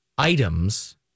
Items